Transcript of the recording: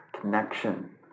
Connection